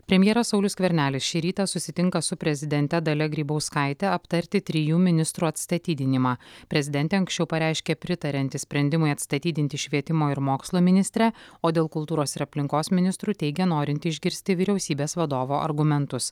premjeras saulius skvernelis šį rytą susitinka su prezidente dalia grybauskaite aptarti trijų ministrų atstatydinimą prezidentė anksčiau pareiškė pritarianti sprendimui atstatydinti švietimo ir mokslo ministrę o dėl kultūros ir aplinkos ministrų teigė norinti išgirsti vyriausybės vadovo argumentus